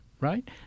right